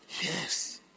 Yes